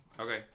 okay